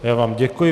Já vám děkuji.